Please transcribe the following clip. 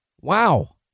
wow